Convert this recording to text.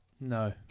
No